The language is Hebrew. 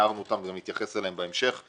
הערנו וגם נתייחס אליהם בהמשך.